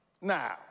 Now